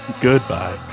goodbye